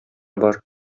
бар